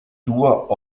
dur